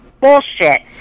bullshit